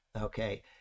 Okay